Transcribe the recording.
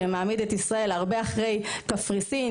שמעמיד את ישראל הרבה אחרי קפריסין,